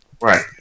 Right